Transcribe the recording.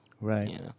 Right